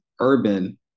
Urban